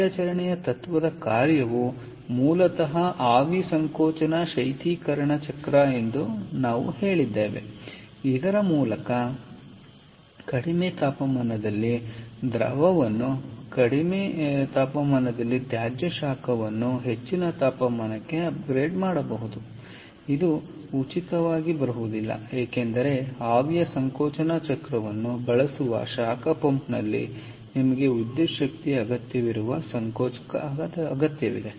ಕಾರ್ಯಾಚರಣೆಯ ತತ್ತ್ವದ ಕಾರ್ಯವು ಮೂಲತಃ ಆವಿ ಸಂಕೋಚನ ಶೈತ್ಯೀಕರಣ ಚಕ್ರ ಎಂದು ನಾವು ಹೇಳಿದ್ದೇವೆ ಇದರ ಮೂಲಕ ಕಡಿಮೆ ತಾಪಮಾನದಲ್ಲಿ ದ್ರವವನ್ನು ಕಡಿಮೆ ತಾಪಮಾನದಲ್ಲಿ ತ್ಯಾಜ್ಯ ಶಾಖವನ್ನು ಹೆಚ್ಚಿನ ತಾಪಮಾನಕ್ಕೆ ಅಪ್ಗ್ರೇಡ್ ಮಾಡಬಹುದು ಅದು ಉಚಿತವಾಗಿ ಬರುವುದಿಲ್ಲ ಏಕೆಂದರೆ ಆವಿಯ ಸಂಕೋಚನ ಚಕ್ರವನ್ನು ಬಳಸುವ ಶಾಖ ಪಂಪ್ನಲ್ಲಿ ನಿಮಗೆ ವಿದ್ಯುತ್ ಶಕ್ತಿಯ ಅಗತ್ಯವಿರುವ ಸಂಕೋಚಕ ಅಗತ್ಯವಿದೆ